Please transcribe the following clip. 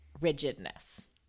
rigidness